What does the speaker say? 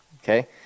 Okay